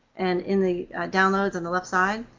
and in the downloads on the left side.